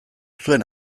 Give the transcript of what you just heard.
zuen